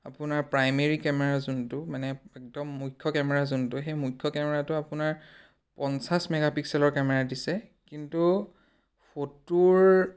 আপোনাৰ primary camera যোনটো মানে একদম মুখ্য কেমেৰা যোনটো সেই মুখ্য কেমেৰাটো আপোনাৰ পঞ্চাছ মেগাপিক্সেলৰ কেমেৰা দিছে কিন্তু ফটোৰ